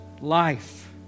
life